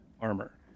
armor